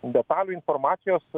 detalių informacijos